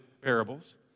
parables